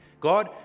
God